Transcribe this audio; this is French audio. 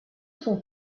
son